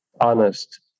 honest